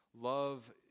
love